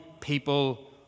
people